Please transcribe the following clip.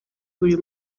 buri